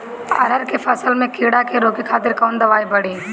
अरहर के फसल में कीड़ा के रोके खातिर कौन दवाई पड़ी?